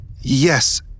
Yes